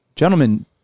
Gentlemen